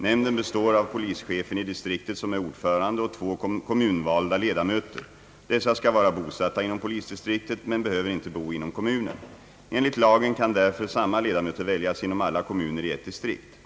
Nämnden består av polischefen i distriktet, som är ordförande, och två kommunvalda ledamöter. Dessa skall vara bosatta inom polisdistriktet men behöver inte bo inom kommunen. Enligt lagen kan därför samma ledamöter väljas inom alla kommuner i ett distrikt.